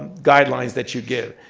guidelines that you get.